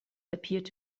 appeared